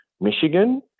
Michigan